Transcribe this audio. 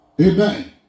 Amen